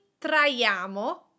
traiamo